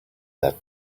that